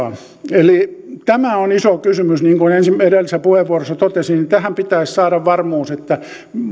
eli tämä on iso kysymys niin kuin edellisessä puheenvuorossa totesin ja tähän pitäisi saada varmuus